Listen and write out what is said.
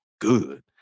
Good